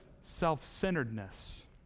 self-centeredness